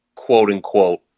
quote-unquote